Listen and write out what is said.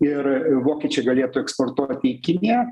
ir vokiečiai galėtų eksportuoti į kiniją